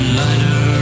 lighter